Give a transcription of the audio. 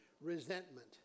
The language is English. resentment